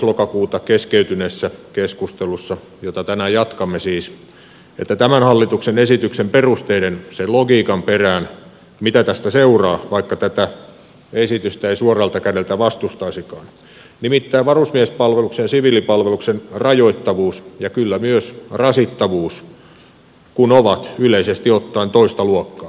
lokakuuta keskeytyneessä keskustelussa jota tänään jatkamme siis tämän hallituksen esityksen perusteiden sen logiikan perään mitä tästä seuraa vaikka tätä esitystä ei suoralta kädeltä vastustaisikaan nimittäin varusmiespalveluksen ja siviilipalveluksen rajoittavuus ja kyllä myös rasittavuus kun ovat yleisesti ottaen toista luokkaa